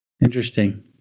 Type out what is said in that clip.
Interesting